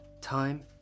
Time